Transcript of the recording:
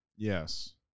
Yes